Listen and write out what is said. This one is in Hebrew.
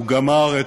וגמר את